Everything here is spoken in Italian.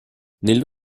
nello